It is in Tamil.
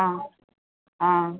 ஆ ஆ